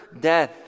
death